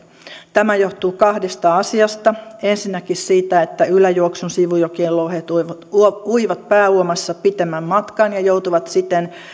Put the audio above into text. tämä johtuu kahdesta asiasta ensinnäkin siitä että yläjuoksun sivujokien lohet uivat pääuomassa pitemmän matkan ja joutuvat siten